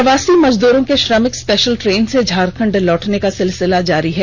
प्रवासी मजदूरों के श्रमिक स्पेशल ट्रेन से झारखंड लौटने का सिलसिल जारी है